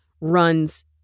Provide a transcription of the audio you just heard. runs